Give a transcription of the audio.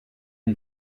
him